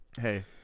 hey